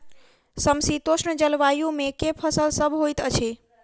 समशीतोष्ण जलवायु मे केँ फसल सब होइत अछि?